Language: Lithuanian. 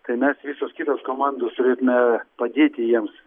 tai mes visos kitos komandos turėtume padėti jiems